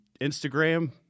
Instagram